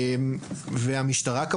וכמובן שגם המשטרה.